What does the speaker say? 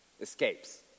escapes